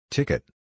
Ticket